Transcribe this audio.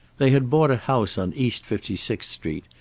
they had bought a house on east fifty-sixth street,